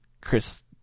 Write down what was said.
Chris